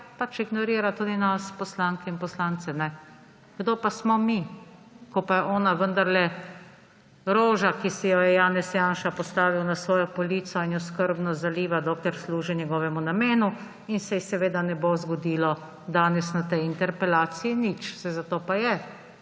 pač ignorira tudi nas, poslanke in poslance. Kdo pa smo mi, ko pa je ona vendarle roža, ki si jo je Janez Janša postavil na svojo polico in jo skrbno zaliva, dokler služi njegovemu namenu, in se ji seveda ne bo zgodilo danes na tej interpelaciji nič. Saj zato pa je